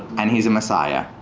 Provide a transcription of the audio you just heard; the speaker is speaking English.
and he's a messiah.